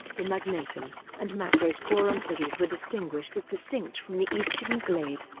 the magnatum and macrosporum clades were distinguished as distinct from the aestivum clade.